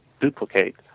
duplicate